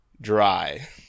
dry